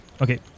Okay